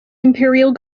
imperial